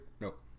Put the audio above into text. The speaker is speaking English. Nope